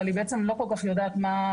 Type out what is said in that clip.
אבל היא בעצם לא כל כך יודעת מה.